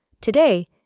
Today